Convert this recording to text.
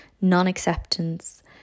non-acceptance